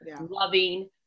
loving